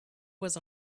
was